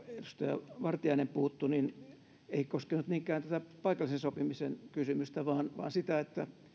edustaja vartiainen puuttui ei koskenut niinkään tätä paikallisen sopimisen kysymystä vaan vaan sitä että